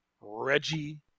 Reggie